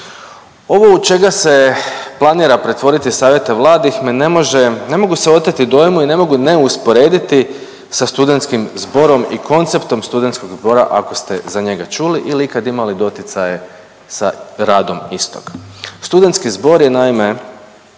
Ovo u čega se planira pretvoriti savjete mladih me ne može, ne mogu se oteti dojmu i ne mogu ne usporediti sa studentskim zborom i konceptom studentskog zbora ako ste za njega čuli ili ikad imali doticaje sa radom istog. Studentski zbor je naime